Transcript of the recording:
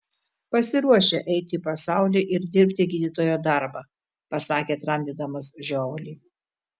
pasiruošę eiti į pasaulį ir dirbti gydytojo darbą pasakė tramdydamas žiovulį